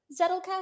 Zettelkasten